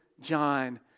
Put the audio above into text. John